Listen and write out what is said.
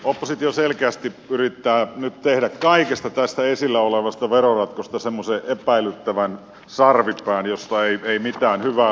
oppositio selkeästi yrittää nyt tehdä kaikesta tästä esillä olevasta veroratkaisusta semmoisen epäilyttävän sarvipään josta ei mitään hyvää löydy